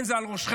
כן, זה על ראשכם.